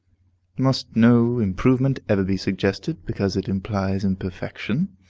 must no improvement ever be suggested, because it implies imperfection?